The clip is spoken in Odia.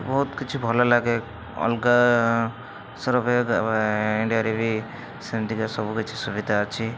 ବହୁତ କିଛି ଭଲ ଲାଗେ ଅଲଗା ଇଣ୍ଡିଆରେ ବି ସେମିତିକା ସବୁ କିଛି ସୁବିଧା ଅଛି